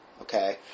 Okay